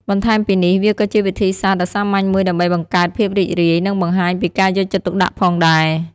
បន្ថែមពីនេះ វាក៏ជាវិធីសាស្ត្រដ៏សាមញ្ញមួយដើម្បីបង្កើតភាពរីករាយ និងបង្ហាញពីការយកចិត្តទុកដាក់ផងដែរ។